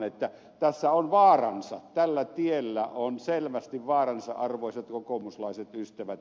eli tässä on vaaransa tällä tiellä on selvästi vaaransa arvoisat kokoomuslaiset ystävät